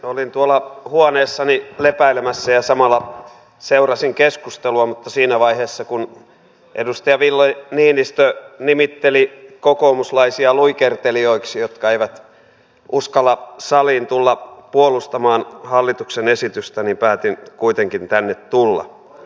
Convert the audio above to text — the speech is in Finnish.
olin tuolla huoneessani lepäilemässä ja samalla seurasin keskustelua mutta siinä vaiheessa kun edustaja ville niinistö nimitteli kokoomuslaisia luikertelijoiksi jotka eivät uskalla saliin tulla puolustamaan hallituksen esitystä niin päätin kuitenkin tänne tulla